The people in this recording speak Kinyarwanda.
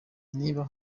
niba